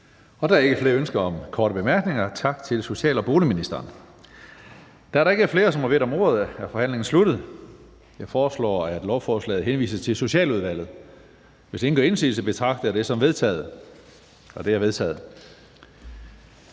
Der er ikke flere ønsker om korte bemærkninger. Tak til social- og boligministeren. Da der ikke er flere, som har bedt om ordet, er forhandlingen sluttet. Jeg foreslår, at lovforslaget henvises til Socialudvalget. Hvis ingen gør indsigelse, betragter jeg det som vedtaget. Det er vedtaget.